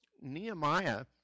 Nehemiah